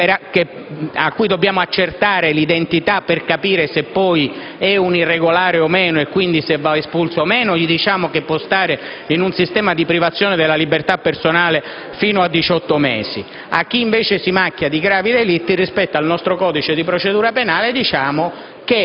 dobbiamo accertare per capire se è un irregolare e quindi se va espulso diciamo che può stare in un sistema di privazione della libertà personale fino a 18 mesi; a chi invece si macchia di gravi delitti, con il nostro codice di procedura penale diciamo